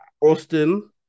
Austin